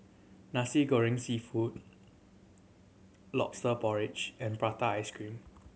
Nasi Goreng Seafood Lobster Porridge and prata ice cream